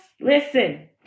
listen